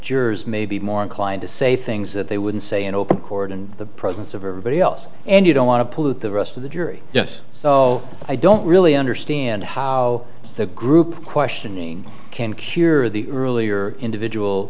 jurors may be more inclined to say things that they wouldn't say in open court in the presence of everybody else and you don't want to pollute the rest of the jury yes so i don't really understand how the group questioning can cure the earlier individual